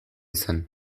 zen